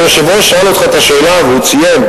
כשהיושב-ראש שאל אותך את השאלה, והוא ציין,